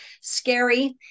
scary